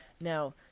Now